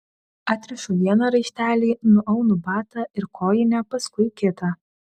atrišu vieną raištelį nuaunu batą ir kojinę paskui kitą